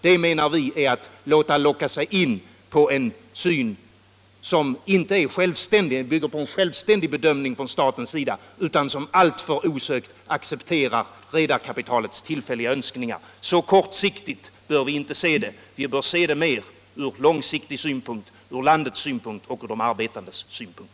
Det menar vi är att låta locka sig in på en syn som inte bygger på en självständig bedömning från statens sida utan som alltför osökt accepterar redarkapitalets tillfälliga önskningar. Så kortsiktigt bör vi inte se problemet. Vi bör se det mer ur långsiktig synpunkt, ur landets synpunkt och ur de arbetandes synpunkt.